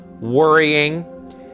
worrying